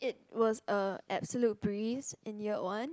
it was a absolute breeze in year one